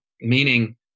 meaning